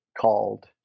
called